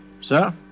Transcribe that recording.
sir